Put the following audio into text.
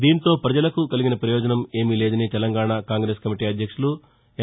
దీంతో ప్రజలకు కలిగిన పయోజనం ఏమి లేదని తెలంగాణ కాంగ్రెస్ కమిటీ అధ్యక్షుడు ఎన్